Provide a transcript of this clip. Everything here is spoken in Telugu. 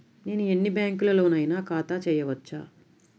నేను ఎన్ని బ్యాంకులలోనైనా ఖాతా చేయవచ్చా?